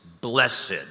blessed